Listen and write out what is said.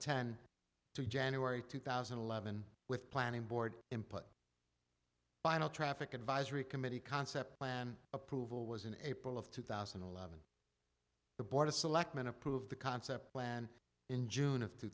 ten to january two thousand and eleven with planning board input final traffic advisory committee concept plan approval was in april of two thousand and eleven the board of selectmen approved the concept plan in june of two